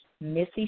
missy